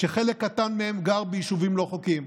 וחלק קטן מהם גר ביישובים לא חוקיים.